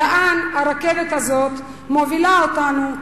לאן הרכבת הזאת מובילה אותנו,